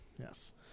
Yes